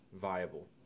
viable